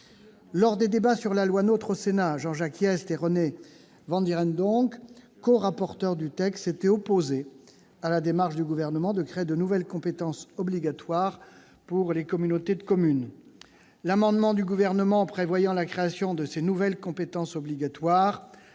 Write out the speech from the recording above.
Lors des débats sur la loi NOTRe au Sénat, Jean-Jacques Hyest et René Vandierendonck, corapporteurs du texte, s'étaient opposés à la démarche du Gouvernement visant à créer de nouvelles compétences obligatoires pour les communautés de communes. L'amendement du Gouvernement prévoyant la création de ces nouvelles compétences obligatoires